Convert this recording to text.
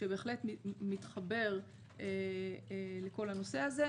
שבהחלט מתחבר לכל הנושא הזה.